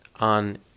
on